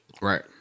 Right